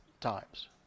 times